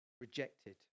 rejected